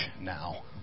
now